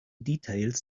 details